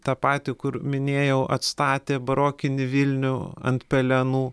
tą patį kur minėjau atstatė barokinį vilnių ant pelenų